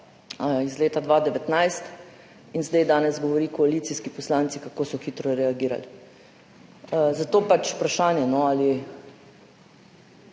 iz leta 2019 in danes govorijo koalicijski poslanci, kako so hitro reagirali. Zato pač vprašanje, no,